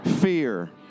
fear